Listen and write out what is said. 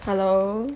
hello